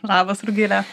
labas rugile